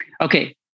Okay